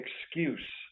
excuse